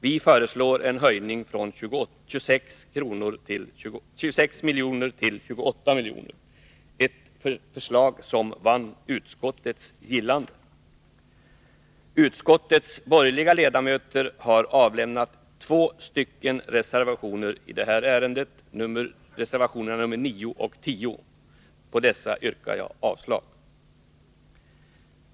Vi föreslår en höjning från 26 miljoner till 28 miljoner. Det är ett förslag som vunnit utskottets gillande. Utskottets borgerliga ledamöter har avlämnat två reservationer i det här ärendet, nr 9 och 10. På dessa yrkar jag avslag.